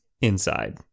inside